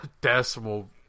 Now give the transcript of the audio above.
decimal